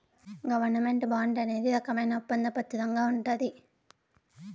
government bond అనేది రకమైన ఒప్పంద పత్రంగా ఉంటది